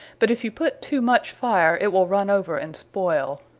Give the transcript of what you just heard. but if you put too much fire, it will runne over, and spoyle.